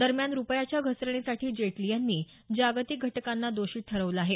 दरम्यान रुपयाच्या घसरणीसाठी जेटली यांनी जागतिक घटकांना दोषी ठरवलं आहे